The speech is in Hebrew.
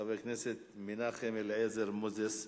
חבר הכנסת מנחם אליעזר מוזס.